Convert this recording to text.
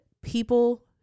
people